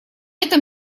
этом